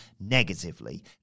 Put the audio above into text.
negatively